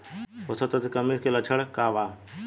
पोषक तत्व के कमी के लक्षण का वा?